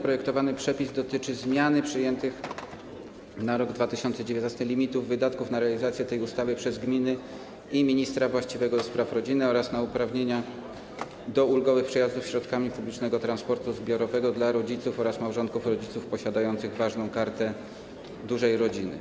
Projektowany przepis dotyczy zmiany przyjętych na rok 2019 limitów wydatków na realizację tej ustawy przez gminy i ministra właściwego ds. rodziny oraz na uprawnienia do ulgowych przejazdów środkami publicznego transportu zbiorowego dla rodziców oraz małżonków rodziców posiadających ważną Kartę Dużej Rodziny.